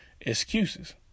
excuses